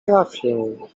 trafię